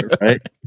Right